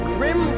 Grim